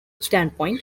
standpoint